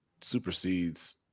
supersedes